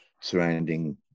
surrounding